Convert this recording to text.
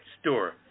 store